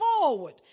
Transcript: forward